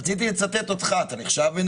רציתי לצטט אותך, אתה נחשב ביניהם?